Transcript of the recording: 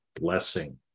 blessing